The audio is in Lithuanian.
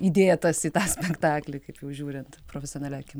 įdėtas į tą spektaklį kaip jau žiūrint profesionalia akim